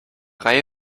reihe